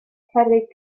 cerrig